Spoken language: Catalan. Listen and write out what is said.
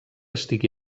estigui